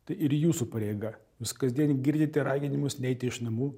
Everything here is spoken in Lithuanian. tai ir jūsų pareiga jūs kasdien girdite raginimus neiti iš namų